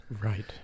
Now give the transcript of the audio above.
Right